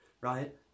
right